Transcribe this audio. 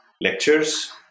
lectures